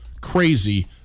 crazy